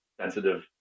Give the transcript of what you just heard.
sensitive